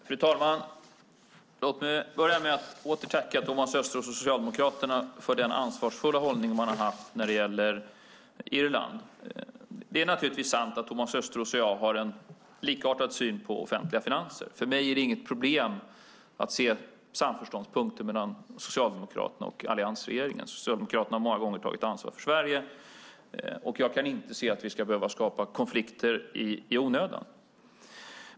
Fru talman! Låt mig börja med att åter tacka Thomas Östros och Socialdemokraterna för den ansvarsfulla hållning man har haft när det gäller Irland. Det är naturligtvis sant att Thomas Östros och jag har en likartad syn på offentliga finanser. För mig är det inget problem att se samförståndspunkter mellan Socialdemokraterna och alliansregeringen. Socialdemokraterna har många gånger tagit ansvar för Sverige, och jag kan inte se att vi ska behöva skapa konflikter i onödan.